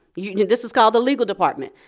you know this is called the legal department.